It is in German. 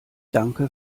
danke